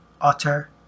utter